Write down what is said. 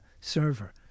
server